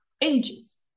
ages